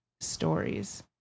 stories